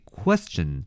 question